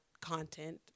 content